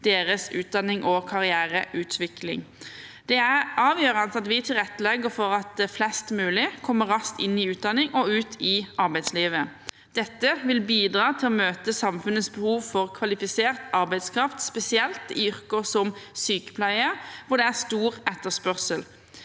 deres utdanning og karriereutvikling. Det er avgjørende at vi tilrettelegger for at flest mulig kommer raskt inn i utdanning og ut i arbeidslivet. Dette vil bidra til å møte samfunnets behov for kvalifisert arbeidskraft, spesielt i yrker som sykepleie, hvor det er stor etterspørsel.